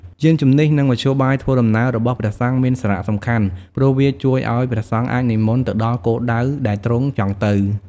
យានជំំនិះ និងមធ្យោបាយធ្វើដំណើររបស់ព្រះសង្ឃមានសារៈសំខាន់ព្រោះវាជួយឱ្យព្រះសង្ឃអាចនិមន្តទៅដល់គោលដៅដែលទ្រង់ចង់ទៅ។